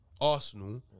Arsenal